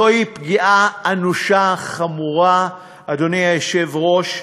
זוהי פגיעה אנושה, חמורה, אדוני היושב-ראש,